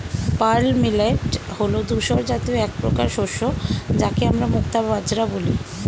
pearl millet হল ধূসর জাতীয় একপ্রকার শস্য যাকে আমরা মুক্তা বাজরা বলি